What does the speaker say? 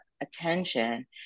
attention